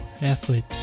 athlete